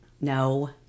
No